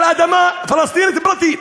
על אדמה פלסטינית פרטית.